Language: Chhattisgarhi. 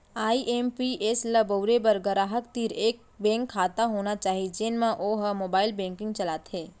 आई.एम.पी.एस ल बउरे बर गराहक तीर एक बेंक खाता होना चाही जेन म वो ह मोबाइल बेंकिंग चलाथे